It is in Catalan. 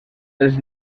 els